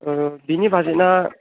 ओ बिनि बाजेटना